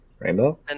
Rainbow